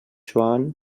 joan